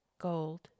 Gold